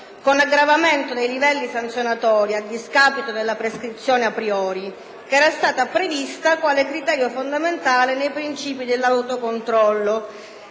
con aggravamento dei livelli sanzionatori a discapito della prescrizione *a* *priori* che era stata prevista quale criterio fondamentale nei principi dell'autocontrollo